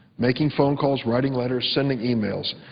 making phone calls, writing letters, sending emails,